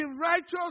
righteous